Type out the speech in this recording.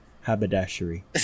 haberdashery